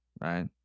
right